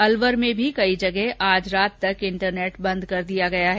अलवर में भी कई जगह आज रात तक इंटरनेट बंद कर दिया गया है